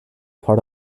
part